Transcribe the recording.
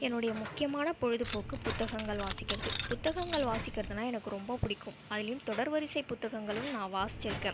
என்னுடைய முக்கியமான பொழுதுபோக்கு புத்தகங்கள் வாசிக்கிறது புத்தகங்கள் வாசிக்கிறதுன்னா எனக்கு ரொம்ப பிடிக்கும் அதுலையும் தொடர் வரிசை புத்தகங்களும் நான் வாசிச்சு இருக்கேன்